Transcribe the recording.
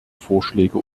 vorschläge